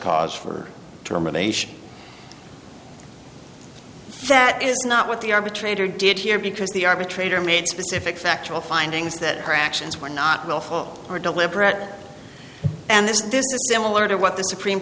cause for termination that is not what the arbitrator did here because the arbitrator made specific factual findings that her actions were not willful or deliberate and this is this a lot of what the supreme